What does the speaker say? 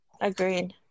agreed